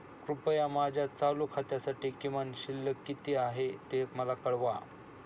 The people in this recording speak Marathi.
कृपया माझ्या चालू खात्यासाठी किमान शिल्लक किती आहे ते मला कळवा